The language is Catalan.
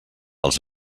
els